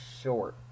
short